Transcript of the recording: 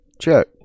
Check